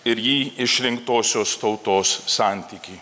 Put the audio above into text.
ir jį išrinktosios tautos santykį